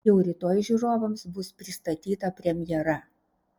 jau rytoj žiūrovams bus pristatyta premjera